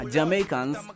Jamaicans